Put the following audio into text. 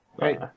right